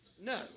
No